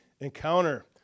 encounter